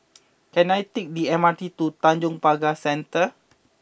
can I take the M R T to Tanjong Pagar Centre